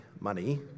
money